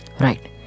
Right